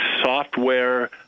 software